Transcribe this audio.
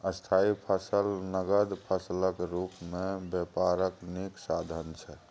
स्थायी फसल नगद फसलक रुप मे बेपारक नीक साधन छै